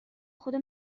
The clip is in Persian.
خدا